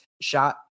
shot